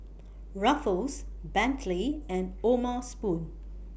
Ruffles Bentley and O'ma Spoon